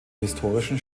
historischen